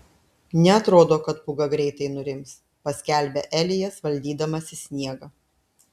neatrodo kad pūga greitai nurims paskelbia elijas valdydamasis sniegą